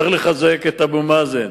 צריך לחזק את אבו מאזן,